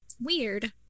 weird